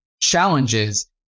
challenges